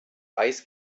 eis